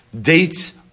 dates